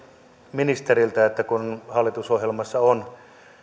ministeriltä ja tiedustella ministerin kantaa siihen kun hallitusohjelmassa on